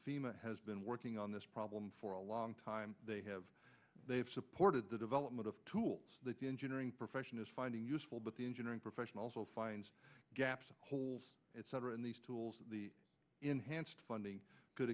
fema has been working on this problem for a long time they have they've supported the development of tools that the engineering profession is finding useful but the engineering profession also finds gaps and holes etc in these tools the enhanced funding